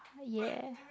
ya